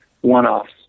one-offs